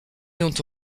dont